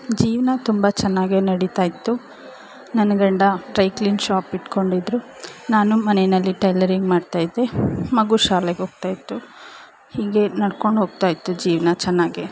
ಜೀವನ ತುಂಬ ಚೆನ್ನಾಗೇ ನಡಿತಾ ಇತ್ತು ನನ್ನ ಗಂಡ ಡ್ರೈ ಕ್ಲೀನ್ ಶಾಪ್ ಇಟ್ಕೊಂಡಿದ್ದರು ನಾನು ಮನೆಯಲ್ಲಿ ಟೈಲರಿಂಗ್ ಮಾಡ್ತಾಯಿದ್ದೆ ಮಗು ಶಾಲೆಗೆ ಹೋಗ್ತಾಯಿತ್ತು ಹೀಗೆ ನಡ್ಕೊಂಡು ಹೋಗ್ತಾಯಿತ್ತು ಜೀವನ ಚೆನ್ನಾಗೇ